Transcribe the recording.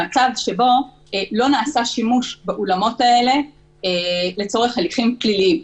במצב שבו לא נעשה שימוש באולמות האלה לצורך הליכים פליליים.